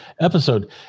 episode